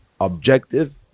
Objective